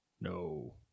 No